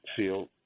feel